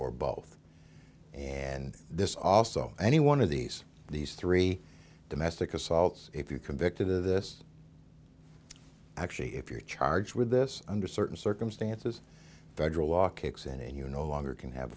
or both and this also any one of these these three domestic assaults if you convicted of this actually if you're charged with this under certain circumstances federal law kicks in and you no longer can have